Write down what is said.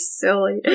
silly